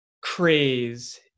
craze